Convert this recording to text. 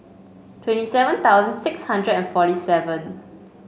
twenty seven thousand six hundred and forty five